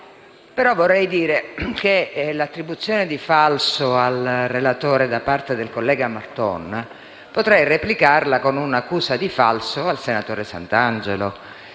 Vorrei dire però che l'attribuzione di falso al relatore da parte del collega Marton, potrei replicarla con un'accusa di falso al senatore Santangelo.